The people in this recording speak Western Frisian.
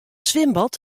swimbad